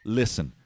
listen